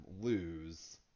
lose